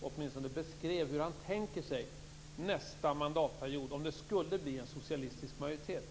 åtminstone med ett ord beskrev hur han tänker sig nästa mandatperiod om det skulle bli en socialistisk majoritet.